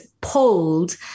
pulled